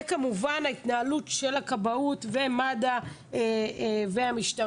וכמובן ההתנהלות של הכבאות ומד"א והמשטרה,